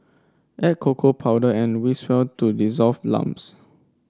add cocoa powder and whisk well to dissolve lumps